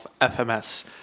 FMS